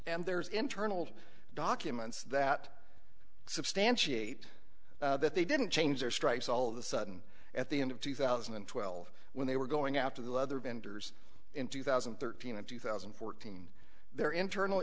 and there's internal documents that substantiate that they didn't change their stripes all of the sudden at the end of two thousand and twelve when they were going out to the other vendors in two thousand and thirteen and two thousand and fourteen their internal